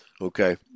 Okay